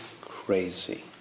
crazy